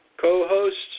co-hosts